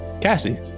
Cassie